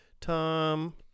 Tom